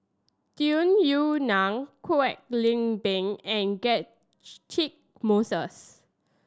Tung Yue Nang Kwek Leng Beng and Moses